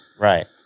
right